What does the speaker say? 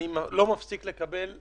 מפסיק לקבל,